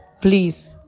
Please